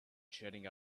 jetting